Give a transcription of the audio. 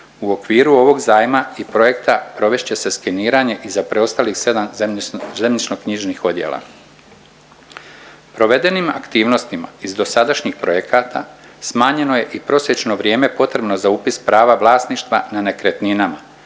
U okviru ovog zajma i projekta provest će skeniranje i za preostalih sedam zemljišno-knjižnih odjela. Provedenim aktivnostima iz dosadašnjih projekata smanjeno i prosječno vrijeme potrebno za upis prava vlasništva na nekretninama